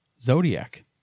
zodiac